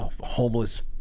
homeless